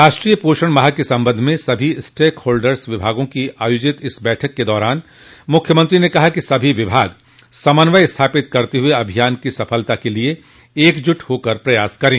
राष्ट्रीय पोषण माह के संबंध में सभी स्टेक होल्डर्स विभागों की आयोजित इस बैठक के दौरान मुख्यमंत्री ने कहा कि सभी विभाग समन्वय स्थापित करते हुए अभियान की सफलता के लिये एकजुट होकर प्रयास करे